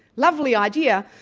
lovely idea,